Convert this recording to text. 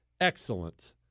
excellent